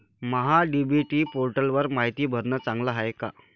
महा DBT पोर्टलवर मायती भरनं चांगलं हाये का?